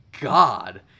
God